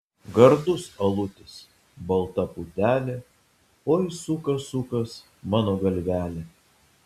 gardus alutis balta putelė oi sukas sukas mano galvelė